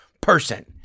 person